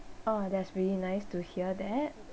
oh that's really nice to hear that